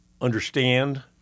understand